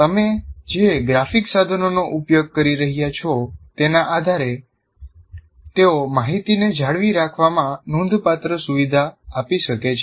તમે જે ગ્રાફિક સાધનોનો ઉપયોગ કરી રહ્યા છો તેના આધારે તેઓ માહિતીને જાળવી રાખવામાં નોંધપાત્ર સુવિધા આપી શકે છે